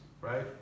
right